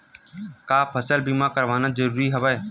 का फसल बीमा करवाना ज़रूरी हवय?